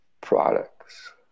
products